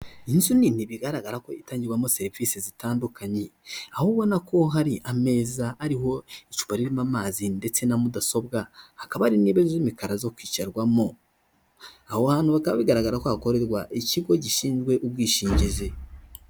Inzu nini bigaragara ko itangirwamo serivisi zitandukanye. Aho ubona ko hari ameza ariho icupa ririmo amazi ndetse na mudasobwa. Hakaba hari intebe z'imikara zo kwicarwamo. Aho hantu bikaba bigaragara ko hakorerwa ikigo gishinzwe ubwishingizi.